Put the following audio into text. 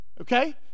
Okay